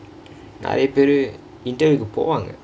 நிறைய பேர்:niraiya peru interview போவாங்க:povaangka